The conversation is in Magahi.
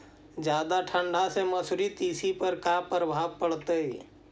जादा ठंडा से मसुरी, तिसी पर का परभाव पड़तै?